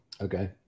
Okay